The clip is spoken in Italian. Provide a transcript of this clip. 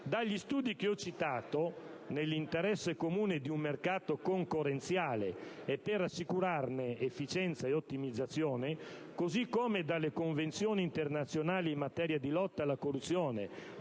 Dagli studi che ho citato, nell'interesse comune di un mercato concorrenziale e per assicurarne efficienza e ottimizzazione, così come dalle Convenzioni internazionali in materia di lotta alla corruzione,